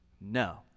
No